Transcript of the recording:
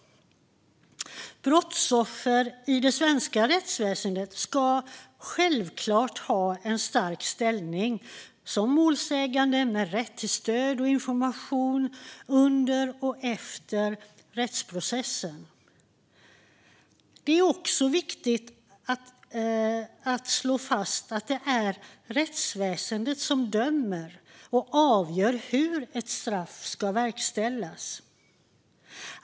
Brottsoffer i det svenska rättsväsendet ska självklart ha en stark ställning som målsägande med rätt till stöd och information under och efter rättsprocessen. Det är också viktigt att slå fast att det är rättsväsendet som dömer och avgör hur ett straff ska verkställas.